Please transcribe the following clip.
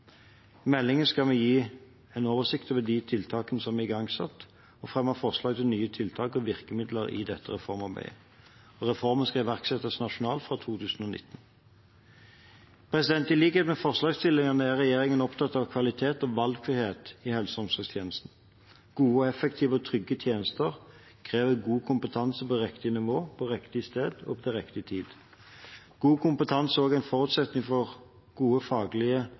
Meldingen skal gi en oversikt over de tiltakene som er igangsatt, og fremme forslag til nye tiltak og virkemidler i dette reformarbeidet. Reformen skal iverksettes nasjonalt fra 2019. I likhet med forslagsstillerne er regjeringen opptatt av kvalitet og valgfrihet i helse- og omsorgstjenesten. Gode, effektive og trygge tjenester krever god kompetanse på riktig nivå, på riktig sted og til riktig tid. God kompetanse er også en forutsetning for det gode faglige